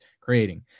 creating